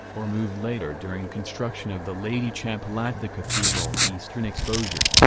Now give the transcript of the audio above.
or moved later during construction of the lady chapel at the cathedral's eastern exposure.